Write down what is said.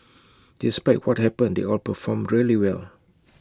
despite what happened they all performed really well